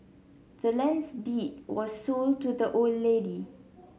the land's deed was sold to the old lady